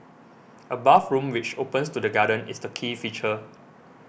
a bathroom which opens to the garden is the key feature